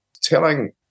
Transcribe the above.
telling